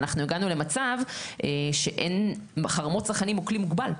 אנחנו הגענו למצב שחרמות הצרכנים הוא כלי מוגבל.